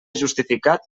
justificat